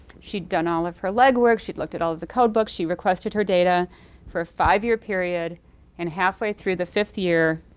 she'd done all of her legwork, she'd looked at all of the code books, she requested her data for a five-year period and halfway through the fifth year,